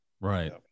Right